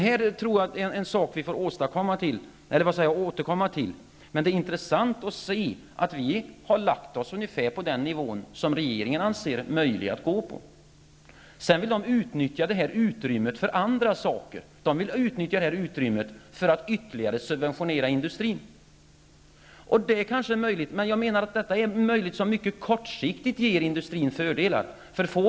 Jag tror att vi måste återkomma till dessa saker. Det är emellertid intressant att vi har lagt oss på nästan samma nivå som den som regeringen anser vara möjlig. Sedan vill man utnyttja det här utrymmet för andra ändamål. Man vill t.ex. utnyttja det för att åstadkomma ytterligare subventioner för industrin. Det är kanske en möjlighet. Men jag menar att det här är en möjlighet som endast på mycket kort sikt innebär fördelar för industrin.